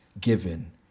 given